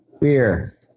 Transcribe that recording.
beer